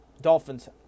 Dolphins